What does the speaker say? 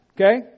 Okay